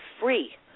free